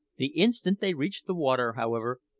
the instant they reached the water, however,